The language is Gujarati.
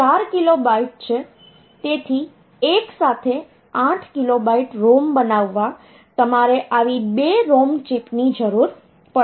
તેથી એકસાથે 8KB ROM બનાવવા તમારે આવી બે ROM ચિપ્સની જરૂર પડશે